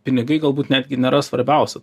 pinigai galbūt netgi nėra svarbiausi